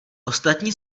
ostatní